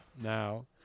now